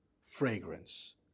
Fragrance